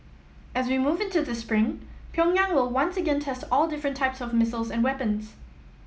as we move into the spring Pyongyang will once again test all different types of missiles and weapons